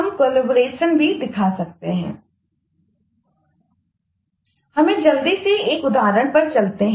हमें जल्दी से एक उदाहरण पर चलते हैं